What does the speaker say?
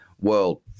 world